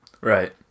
Right